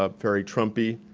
ah very trump-y,